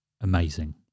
amazing